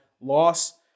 loss